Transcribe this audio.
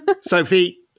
Sophie